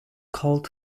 cult